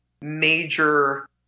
major